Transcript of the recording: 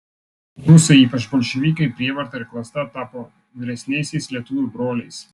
rusai ypač bolševikai prievarta ir klasta tapo vyresniaisiais lietuvių broliais